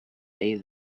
day